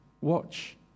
watch